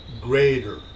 greater